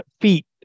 feet